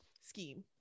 Scheme